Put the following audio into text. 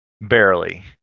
barely